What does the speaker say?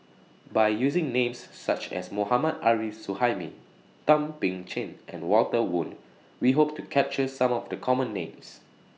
By using Names such as Mohammad Arif Suhaimi Thum Ping Tjin and Walter Woon We Hope to capture Some of The Common Names